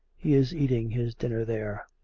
he is eating his dinner there.